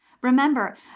Remember